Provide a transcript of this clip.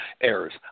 errors